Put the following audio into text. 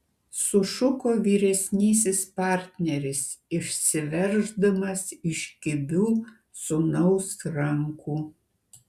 sušuko vyresnysis partneris išsiverždamas iš kibių sūnaus rankų